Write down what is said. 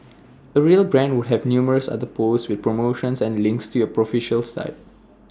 A real brand would have numerous other posts with promotions and links to your official site